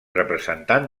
representant